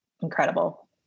incredible